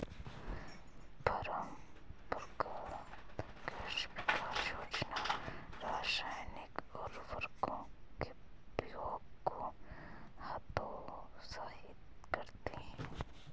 परम्परागत कृषि विकास योजना रासायनिक उर्वरकों के उपयोग को हतोत्साहित करती है